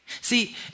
See